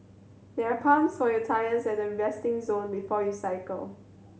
there are pumps for your tyres at the resting zone before you cycle